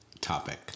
topic